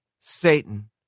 Satan